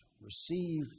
receive